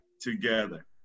together